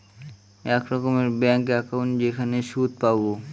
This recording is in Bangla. এক রকমের ব্যাঙ্ক একাউন্ট যেখানে সুদ পাবো